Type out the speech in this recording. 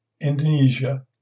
Indonesia